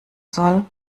soll